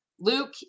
Luke